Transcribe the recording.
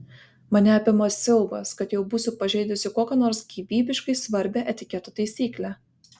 mane apima siaubas kad jau būsiu pažeidusi kokią nors gyvybiškai svarbią etiketo taisyklę